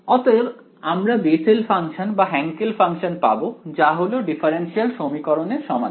অতএব আমরা Bessel function বা হ্যান্কেল ফাংশন পাব যা হলো ডিফারেনশিয়াল সমীকরণ এর সমাধান